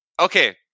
Okay